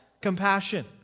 compassion